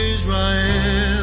Israel